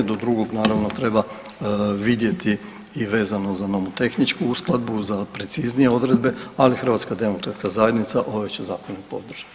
Do drugog, naravno, treba vidjeti i vezano za nomotehničku uskladbu, za preciznije odredbe, ali HDZ ove će zakone podržati.